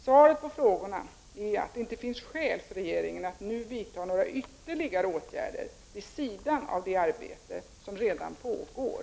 Svaret på frågorna är att det inte finns skäl för regeringen att nu vidta några ytterligare åtgärder vid sidan av det arbete som redan pågår.